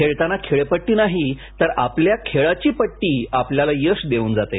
खेळताना खेळपट्टी नाही तर आपल्या खेळाची पट्टी आपल्याला यश देवून जाते